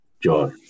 Joy